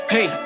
Hey